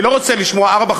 אני לא רוצה לשמוע ארבע,